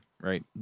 right